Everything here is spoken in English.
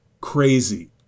crazy